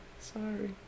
Sorry